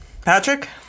Patrick